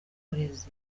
burezi